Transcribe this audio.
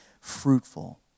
fruitful